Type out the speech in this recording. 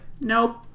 Nope